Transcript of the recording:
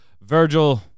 Virgil